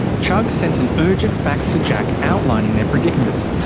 chugg sent an urgent fax to jack outlining their predicament.